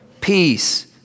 peace